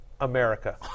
America